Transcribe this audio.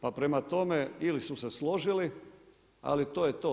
Pa prema tome ili su se složili, ali to je to.